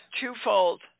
twofold